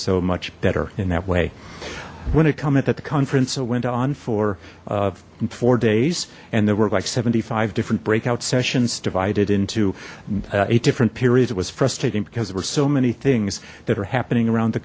so much better in that way when it cometh at the conference that went on for four days and there were like seventy five different breakout sessions divided into eight different periods was frustrating because there were so many things that are happening around the